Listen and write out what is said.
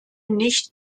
nicht